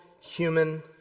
human